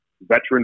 veteran